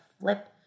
flip